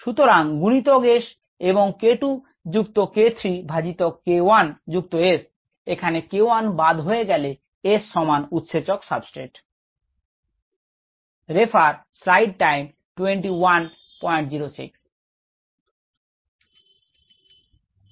সুতরাং গুনিতক S এবংk2 যুক্ত k3 বাই k1 যুক্ত S এখানে k 1 বাদ হয়ে গেলে প্লাস S সমান উৎসেচক সাবস্ট্রেট এর কমপ্লেক্স এর ঘনত্ত